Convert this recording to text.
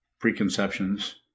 preconceptions